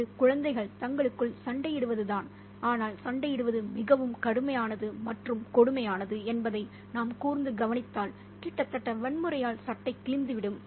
இது குழந்தைகள் தங்களுக்குள் சண்டையிடுவதுதான் ஆனால் சண்டையிடுவது மிகவும் கடுமையானது மற்றும் கொடுமையானது என்பதை நாம் கூர்ந்து கவனித்தால் கிட்டத்தட்ட வன்முறையால் சட்டை கிழிந்துவிடும்